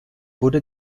wurde